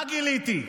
מה גיליתי,